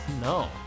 No